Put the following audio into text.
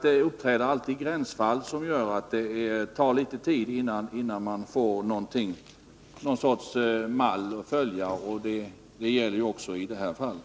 Det inträffar alltid gränsfall som gör att det tar litet tid, innan man får någon sorts mall att följa. Detta gäller också i det här fallet.